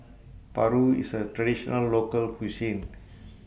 Paru IS A Traditional Local Cuisine